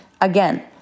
Again